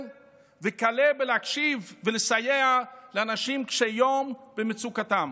וכלה בלהקשיב ולסייע לאנשים קשי יום במצוקתם.